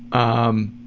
um,